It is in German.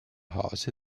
hase